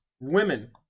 Women